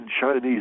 Chinese